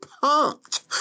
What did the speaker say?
pumped